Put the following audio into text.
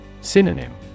Synonym